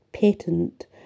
patent